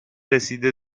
رسیده